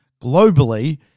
globally